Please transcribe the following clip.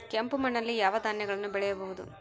ಕೆಂಪು ಮಣ್ಣಲ್ಲಿ ಯಾವ ಧಾನ್ಯಗಳನ್ನು ಬೆಳೆಯಬಹುದು?